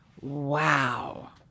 Wow